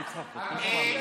פינדרוס,